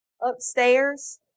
upstairs